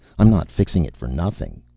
i'm not fixing it for nothing.